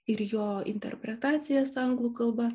ir jo interpretacijas anglų kalba